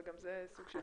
וגם זה סוג של